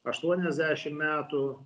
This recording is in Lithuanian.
aštuoniasdešim metų